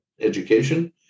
education